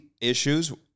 issues